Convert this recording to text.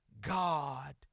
God